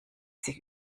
sich